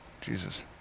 Jesus